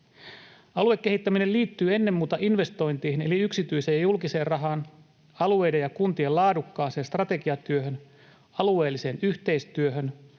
Aluekehittäminen liittyy ennen muuta investointeihin eli yksityiseen ja julkiseen rahaan, alueiden ja kuntien laadukkaaseen strategiatyöhön, alueelliseen yhteistyöhön,